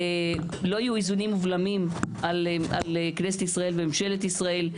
לא יהיו איזונים ובלמים על כנסת ישראל וממשלת ישראל,